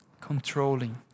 controlling